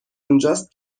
اونجاست